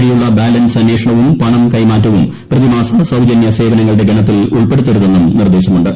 വഴിയുള്ള ബാലൻസ് അന്വേഷണവും പണം കൈമാറ്റവും പ്രതിമാസ സൌജന്യ സേവനങ്ങളുടെ ഗണത്തിൽ ഉൾപ്പെടുത്തരുതെന്നും നിർദ്ദേശമുണ്ട്